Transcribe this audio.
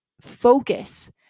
focus